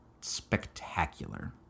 spectacular